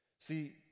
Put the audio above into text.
See